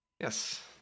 yes